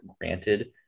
granted